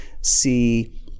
see